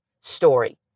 story